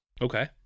Okay